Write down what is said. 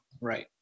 Right